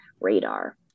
radar